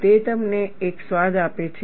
તે તમને એક સ્વાદ આપે છે